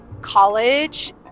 college